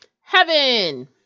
Heaven